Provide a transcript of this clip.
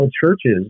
churches